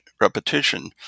repetition